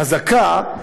היא חזקה,